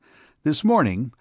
this morning,